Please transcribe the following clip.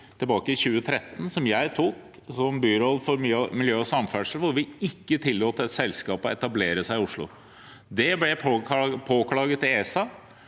tilbake i 2013, som jeg tok som byråd for miljø og samferdsel, hvor vi ikke tillot et selskap å etablere seg i Oslo. Det ble påklaget av ESA.